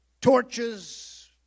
torches